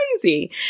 crazy